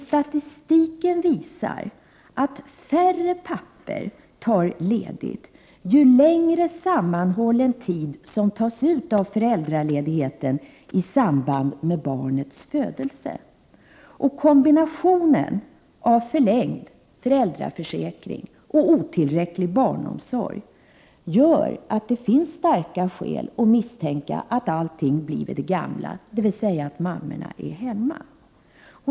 Statistiken visar att färre pappor tar ledigt ju längre sammanhållen tid som tas ut av föräldraledigheten i samband med barnets födelse. Kombinationen av förlängd föräldraförsäkring och otillräcklig barnomsorg gör att det finns starka skäl att misstänka att allt förblir vid det gamla, dvs. att mammorna stannar hemma.